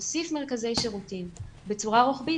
שמוסיף מרכזי שירותים בצורה רוחבית,